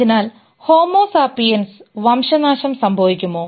അതിനാൽ homo sapiens വംശനാശം സംഭവിക്കുമോ